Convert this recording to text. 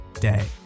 day